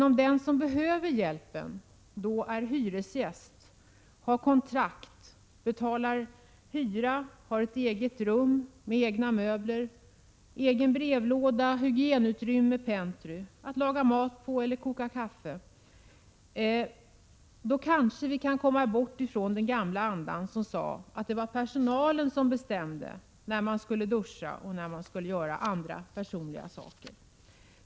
Om den som behöver hjälpen är hyresgäst och har kontrakt, betalar hyra och har ett eget rum med egna möbler, egen brevlåda, egna hygienutrymmen och ett eget pentry att laga mat eller koka kaffe på, då kanske vi kan komma bort från den gamla andan, som innebar att det var personalen som bestämde när man skulle duscha och göra andra personliga saker.